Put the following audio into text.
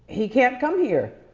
he can't come here.